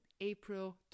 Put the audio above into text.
April